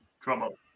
Trouble